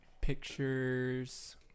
pictures